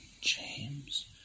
James